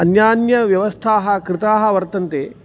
अन्यान्य व्यवस्थाः कृताः वर्तन्ते